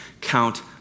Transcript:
Count